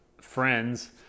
friends